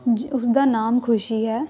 ਜ ਉਸਦਾ ਨਾਮ ਖੁਸ਼ੀ ਹੈ